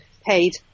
paid